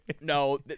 no